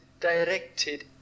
directed